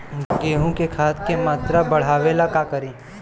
गेहूं में खाद के मात्रा बढ़ावेला का करी?